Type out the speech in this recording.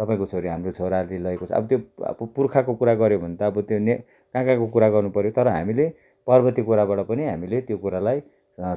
तपाईँको छोरी हाम्रो छोराले लगेको छ अब त्यो अब पुर्खाको कुरा गऱ्यो भने त अब त्यो ने कहाँ कहाँको कुरा गर्नुपऱ्यो तर हामीले पर्वते कुराबाट पनि हामीले त्यो कुरालाई